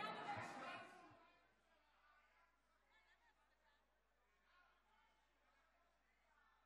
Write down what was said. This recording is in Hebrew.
(הישיבה נפסקה בשעה 16:43 ונתחדשה בשעה 16:49.)